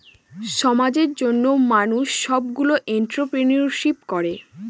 সমাজের জন্য মানুষ সবগুলো এন্ট্রপ্রেনিউরশিপ করে